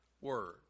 word